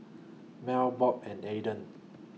Mel Bob and Eden